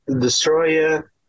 destroyer